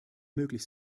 möglich